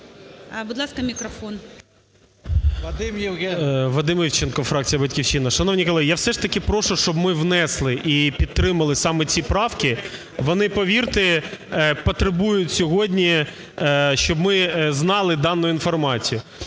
Вадим Івченко, фракція "Батьківщина". Шановні колеги, я все ж таки прошу, щоб ми внесли і підтримали саме ці правки. Вони, повірте, потребують сьогодні, щоб ми знали дану інформацію.